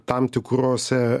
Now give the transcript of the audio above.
tam tikrose